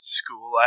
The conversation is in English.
school